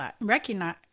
recognize